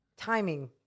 Timing